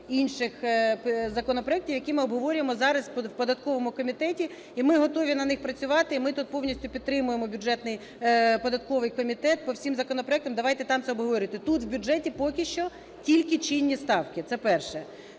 інших законопроектів, які ми обговорюємо зараз у податковому комітеті, і ми готові на них працювати, і ми тут повністю підтримуємо бюджетний… податковий комітет по всім законопроектом, давайте там це обговорювати. Тут, в бюджеті поки що тільки чинні ставки. Це перше.